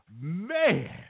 Man